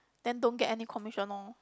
then don't get any commission orh